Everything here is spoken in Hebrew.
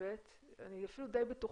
אני אפילו די בטוחה,